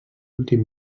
últim